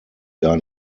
gar